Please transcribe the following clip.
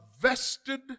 vested